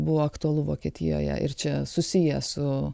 buvo aktualu vokietijoje ir čia susiję su